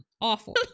awful